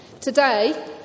Today